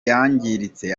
yangiritse